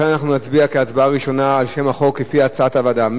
לכן אנחנו נצביע כהצבעה ראשונה על שם החוק כפי הצעת הוועדה.